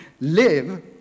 live